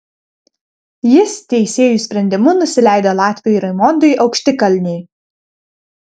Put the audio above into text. jis teisėjų sprendimu nusileido latviui raimondui aukštikalniui